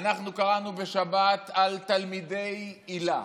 אנחנו קראנו בשבת על תלמידי היל"ה.